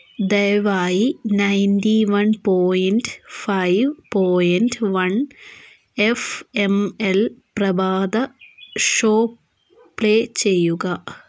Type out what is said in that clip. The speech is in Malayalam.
ദയവായി ninety one point five point one F എമ്മിൽ പ്രഭാത ഷോ പ്ലേ ചെയുക